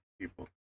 people